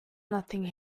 nothing